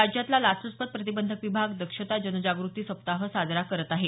राज्यातला लाचल्चपत प्रतिबंधक विभाग दक्षता जनजागृती सप्पाह साजरा करत आहे